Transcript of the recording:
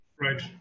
Right